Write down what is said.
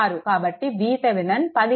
కాబట్టి VThevenin 15 వోల్ట్లు అవుతుంది